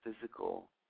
physical